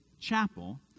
chapel